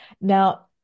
Now